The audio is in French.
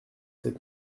sept